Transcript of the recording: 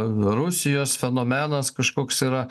rusijos fenomenas kažkoks yra